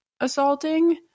assaulting